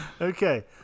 Okay